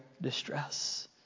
distress